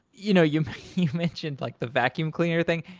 you know you mentioned like the vacuum cleaner thing.